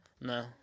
No